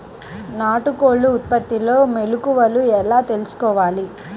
నాటుకోళ్ల ఉత్పత్తిలో మెలుకువలు ఎలా తెలుసుకోవాలి?